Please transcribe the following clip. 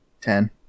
Ten